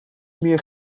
meer